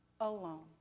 alone